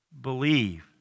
believe